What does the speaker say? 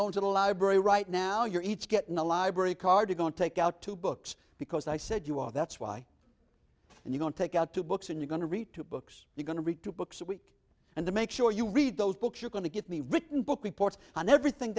going to the library right now you're each getting a library card to go and take out two books because i said you are that's why and you don't take out two books and you're going to read two books you're going to read two books a week and to make sure you read those books you're going to get me written book reports and everything